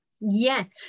Yes